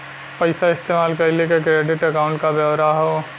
पइसा इस्तेमाल कइले क क्रेडिट अकाउंट क ब्योरा हौ